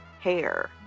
hair